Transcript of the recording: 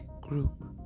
Group